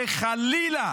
שחלילה